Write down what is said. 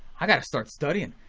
i gotta start studying.